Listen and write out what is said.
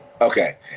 Okay